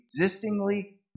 existingly